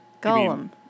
Gollum